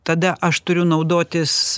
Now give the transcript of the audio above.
tada aš turiu naudotis